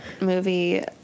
movie